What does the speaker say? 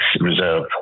reserve